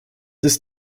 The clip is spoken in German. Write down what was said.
ist